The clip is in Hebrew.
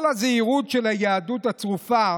כל הזהירות של היהדות הצרופה